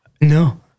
no